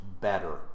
better